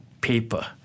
paper